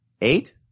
eight